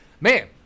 Man